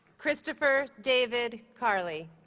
christopher david carley